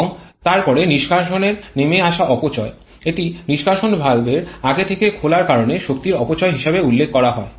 এবং তারপরে নিষ্কাশনের নেমে আসা অপচয় এটি নিষ্কাশন ভালভের আগে থেকে খোলার কারণে শক্তির অপচয় হিসাবে উল্লেখ করা হয়